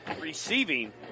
receiving